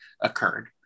occurred